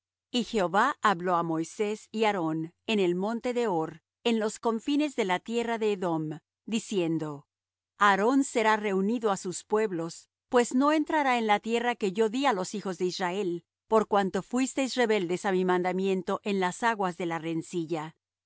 y jehová habló á moisés y aarón en el monte de hor en los confines de la tierra de edom diciendo aarón será reunido á sus pueblos pues no entrará en la tierra que yo di á los hijos de israel por cuanto fuisteis rebeldes á mi mandamiento en las aguas de la rencilla toma á